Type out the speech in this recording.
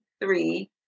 three